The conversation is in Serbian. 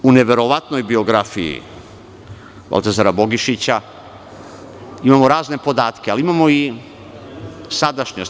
U neverovatnoj biografiji Baltazara Bogišića imamo razne podatke, ali imamo i sadašnjost.